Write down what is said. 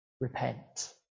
Repent